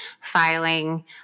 filing